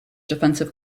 defensive